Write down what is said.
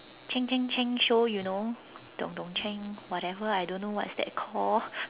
cheng cheng cheng show you know dong dong cheng whatever I don't know what is that called